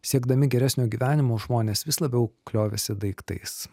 siekdami geresnio gyvenimo žmonės vis labiau kliovėsi daiktais